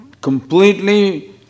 completely